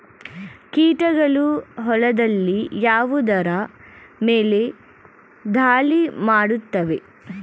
ಕೀಟಗಳು ಹೊಲದಲ್ಲಿ ಯಾವುದರ ಮೇಲೆ ಧಾಳಿ ಮಾಡುತ್ತವೆ?